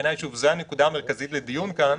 ובעיני, שוב, זו הנקודה המרכזית לדיון כאן.